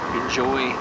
enjoy